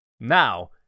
Now